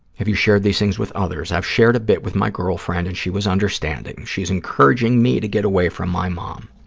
have you shared these things with others? i've shared a bit with my girlfriend and she was understanding. she's encouraging me to get away from my mom.